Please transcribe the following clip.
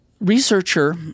researcher